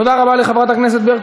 תודה רבה לחברת הכנסת ברקו.